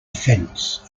offense